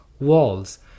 walls